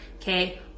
Okay